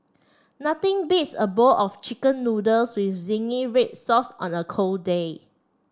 nothing beats a bowl of chicken noodles with zingy red sauce on a cold day